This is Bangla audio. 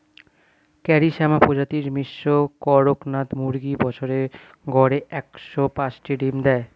কারি শ্যামা প্রজাতির মিশ্র কড়কনাথ মুরগী বছরে গড়ে একশ পাঁচটি ডিম দেয়